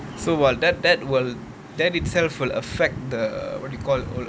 so !wah! that that will that itself will affect the what do you call